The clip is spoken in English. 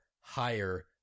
higher